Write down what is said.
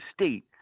state